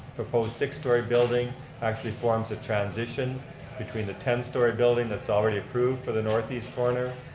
proposed six story building actually forms a transition between the ten story building that's already approved for the northeast corner,